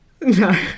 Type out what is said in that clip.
No